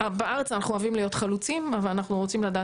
בארץ אנחנו אוהבים להיות חלוצים ואנחנו רוצים לדעת